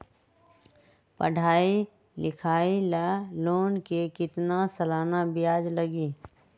पढाई लिखाई ला लोन के कितना सालाना ब्याज लगी?